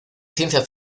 ciencia